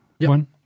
one